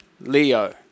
Leo